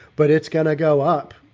but it's gonna go up.